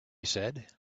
said